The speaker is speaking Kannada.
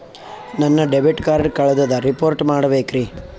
ನನ್ನ ಡೆಬಿಟ್ ಕಾರ್ಡ್ ಕಳ್ದದ ರಿಪೋರ್ಟ್ ಮಾಡಬೇಕ್ರಿ